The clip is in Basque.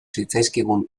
zitzaizkigun